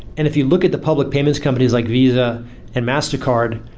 and if you look at the public payments companies, like visa and mastercard,